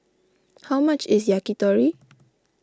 how much is Yakitori